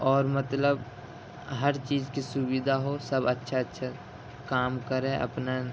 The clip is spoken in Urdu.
اور مطلب ہر چیز کی سُوِدھا ہو سب اچھا اچھا کام کریں اپنا